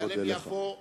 אני מודה לך.